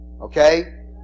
Okay